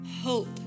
hope